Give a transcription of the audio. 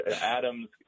Adams